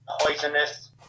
poisonous